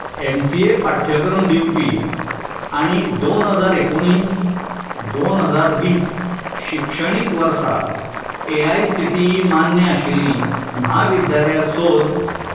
M C A पाठ्यक्रम दिवपी आनी दोन हजार एकुणीस ते दोन हजार वीस शिक्षणीक वर्सा A I C T E मान्य आशिल्लीं म्हाविद्यालयां सोद